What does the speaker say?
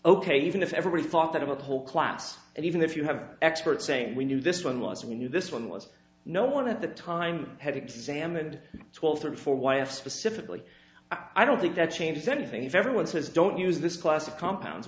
ok even if everybody thought about the whole class and even if you have experts saying we knew this one was we knew this one was no one at the time had examined twelve thirty four y f specifically i don't think that changes anything if everyone says don't use this class of compounds